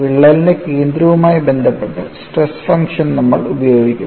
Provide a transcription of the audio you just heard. വിള്ളലിന്റെ കേന്ദ്രവുമായി ബന്ധപ്പെട്ട് സ്ട്രെസ് ഫംഗ്ഷൻ നമ്മൾ ഉപയോഗിക്കും